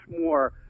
more